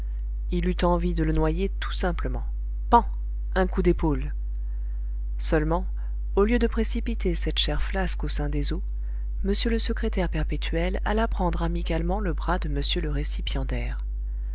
il eut envie de le noyer tout simplement pan un coup d'épaule seulement au lieu de précipiter cette chair flasque au sein des eaux m le secrétaire perpétuel alla prendre amicalement le bras de m le récipiendaire